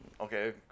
okay